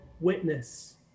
witness